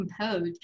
composed